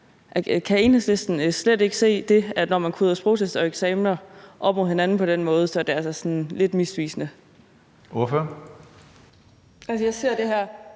Kan Enhedslisten slet ikke se, at når man koder sprogtest og eksamener op mod hinanden på den måde, er det altså sådan lidt misvisende? Kl. 15:31 Tredje